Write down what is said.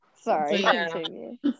sorry